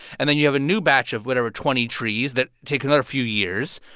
and then you have a new batch of whatever twenty trees that take another few years.